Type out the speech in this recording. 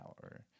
power